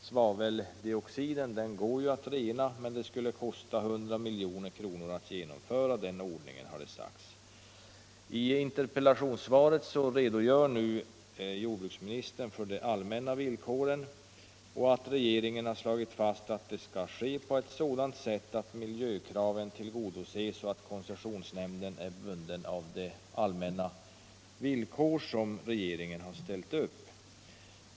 Svaveldioxiden går att rena, men det skulle kosta ca 100 miljoner att genomföra den ordningen, har det sagts. I interpellationssvaret redogör nu jordbruksministern för de allmänna villkoren och framhåller att regeringen har slagit fast att det skall ske på sådant sätt att miljökraven tillgodoses och att koncessionsnämnden är bunden av de allmänna villkor regeringen har ställt upp.